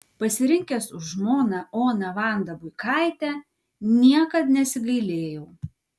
pasirinkęs už žmoną oną vandą buikaitę niekad nesigailėjau